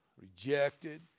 rejected